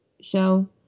show